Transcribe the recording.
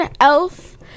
elf